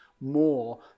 more